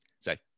say